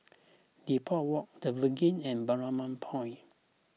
Depot Walk the Verge and Balmoral Point